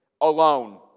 alone